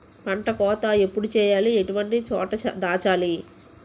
పంట కోత ఎప్పుడు చేయాలి? ఎటువంటి చోట దాచాలి?